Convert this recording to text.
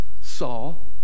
Saul